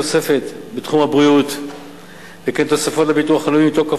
תוספת בתחום הבריאות וכן תוספות לביטוח הלאומי מתוקף